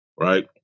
right